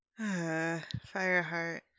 Fireheart